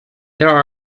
there